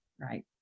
Right